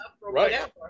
right